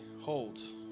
holds